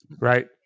right